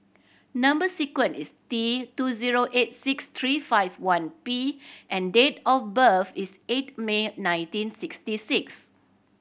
number sequence is T two zero eight six three five one P and date of birth is eight May nineteen sixty six